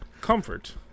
comfort